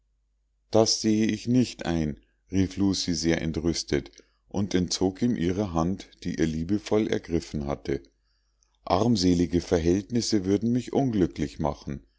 das sehe ich nicht ein rief lucie sehr entrüstet und entzog ihm ihre hand die er liebevoll ergriffen hatte armselige verhältnisse würden mich unglücklich machen